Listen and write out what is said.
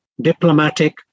diplomatic